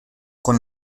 con